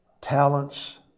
talents